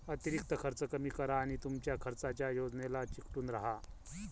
अतिरिक्त खर्च कमी करा आणि तुमच्या खर्चाच्या योजनेला चिकटून राहा